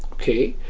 okay?